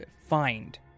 find